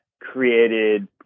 created